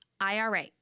IRA